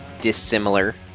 dissimilar